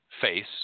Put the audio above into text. face